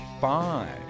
five